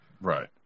Right